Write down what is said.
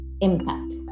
impact